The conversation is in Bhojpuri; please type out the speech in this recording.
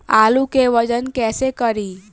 आलू के वजन कैसे करी?